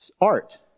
art